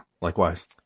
likewise